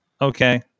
okay